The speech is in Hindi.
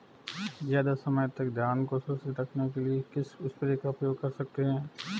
ज़्यादा समय तक धान को सुरक्षित रखने के लिए किस स्प्रे का प्रयोग कर सकते हैं?